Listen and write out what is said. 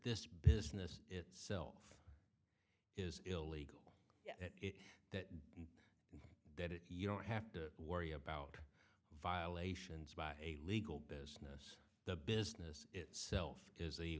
this business itself is illegal it that that if you don't have to worry about violations by a legal business the business itself is